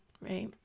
right